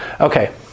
Okay